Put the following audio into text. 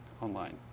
online